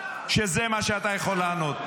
שזה מה שאתה יכול לענות.